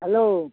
hello